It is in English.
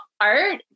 art